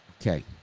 Okay